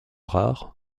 rares